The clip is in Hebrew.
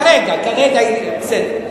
כרגע, בסדר.